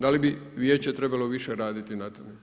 Da li bi vijeće trebalo više raditi na tome?